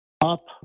up